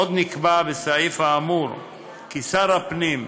עוד נקבע בסעיף זה כי שר הפנים,